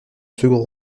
second